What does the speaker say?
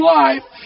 life